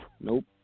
Nope